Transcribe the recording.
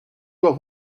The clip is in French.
doit